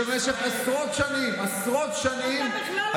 וזה אנשים שבמשך עשרות שנים, עשרות שנים,